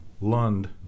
Lund